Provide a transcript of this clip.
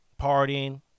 partying